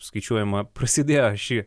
skaičiuojama prasidėjo ši